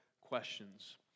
questions